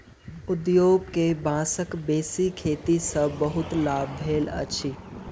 उद्योग के बांसक बेसी खेती सॅ बहुत लाभ भेल अछि